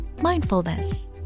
mindfulness